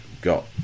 got